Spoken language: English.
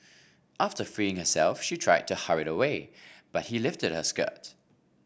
after freeing herself she tried to hurry away but he lifted her skirt